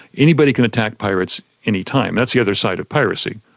anybody can attack pirates any time. that's the other side of piracy.